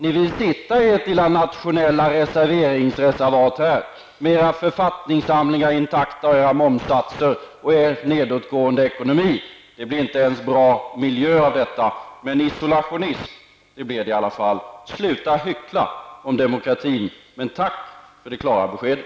Ni vill sitta i ert nationella reserveringsreservat här med era författningssamlingar intakta och era momssatser och er nedåtgående ekonomi. Det blir inte ens bra miljö av detta, men isolationism blir det i alla fall. Sluta hyckla om demokratin, men tack för det klara beskedet.